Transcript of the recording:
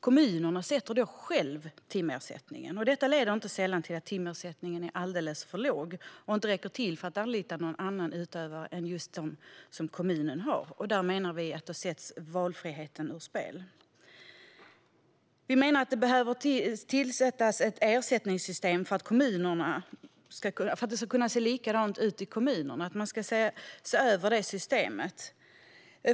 Kommunen bestämmer då själv timersättningen. Detta leder inte sällan till att timersättningen är alldeles för låg och inte räcker för att anlita någon annan assistans än den som kommunen har. Vi menar att valfriheten då sätts ur spel. Vi menar att ersättningssystemet behöver ses över för att det ska kunna se likadant ut i alla kommuner.